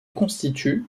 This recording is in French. constitue